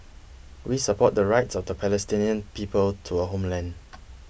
we support the rights of the Palestinian people to a homeland